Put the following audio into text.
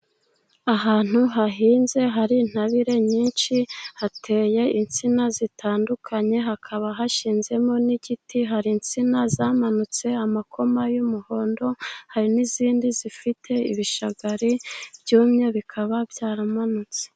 Ahantu hahinze, hari intabire nyinshi, hateye insina zitandukanye, hakaba hashinzemo n'igiti, hari insina zamanutse amakoma y'umuhondo, hari n'izindi zifite ibishagari byumye, bikaba byaramanutse.